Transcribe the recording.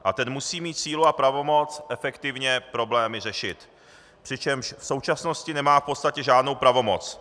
A ten musí mít sílu a pravomoc efektivně problémy řešit, přičemž v současnosti nemá v podstatě žádnou pravomoc.